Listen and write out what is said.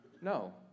No